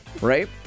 right